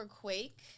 quake